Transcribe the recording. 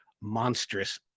monstrous